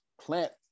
plant